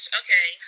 okay